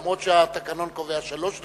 אף שהתקנון קובע שלוש דקות.